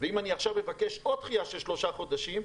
ואם אני עכשיו אבקש עוד דחייה של שלושה חודשים,